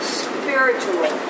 spiritual